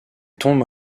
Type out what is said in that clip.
tombes